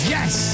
Yes